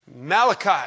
Malachi